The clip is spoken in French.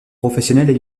professionnelles